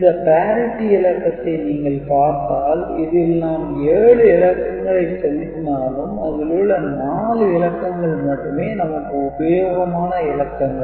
இந்த parity இலக்கத்தை நீங்கள் பார்த்தால் இதில் நாம் 7 இலக்கங்களை செலுத்தினாலும் அதில் உள்ள 4 இலக்கங்கள் மட்டுமே நமக்கு உபயோகமான இல்லக்கங்கள்